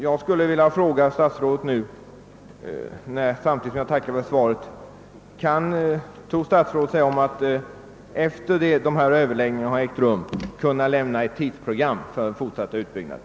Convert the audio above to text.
Jag skulle nu vilja fråga om statsrådet tror sig om att — sedan dessa i svaret redovisade överläggningar ägt rum — kunna lämna ett tidsprogram för den fortsatta utbyggnaden.